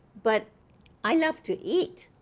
but i love to eat.